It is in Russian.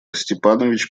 степанович